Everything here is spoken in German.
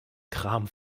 kram